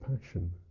passion